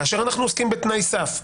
כאשר אנחנו עוסקים בתנאי סף,